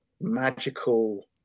magical